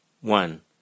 One